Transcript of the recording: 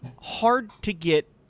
hard-to-get